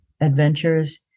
adventures